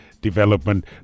Development